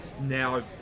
now